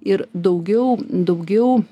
ir daugiau daugiau